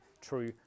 true